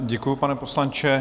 Děkuji, pane poslanče.